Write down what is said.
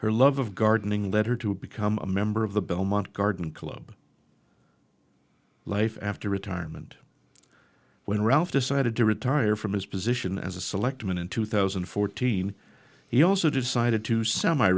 her love of gardening led her to become a member of the belmont garden club life after retirement when ralph decided to retire from his position as a selectman in two thousand and fourteen he also decided to semi